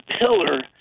pillar